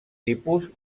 tipus